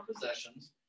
possessions